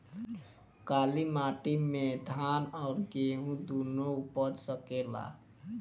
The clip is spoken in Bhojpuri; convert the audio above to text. काली माटी मे धान और गेंहू दुनो उपज सकेला?